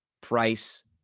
price